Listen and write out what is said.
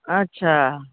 अच्छा